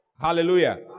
Hallelujah